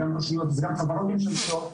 גם רשויות וגם חברות ממשלתיות,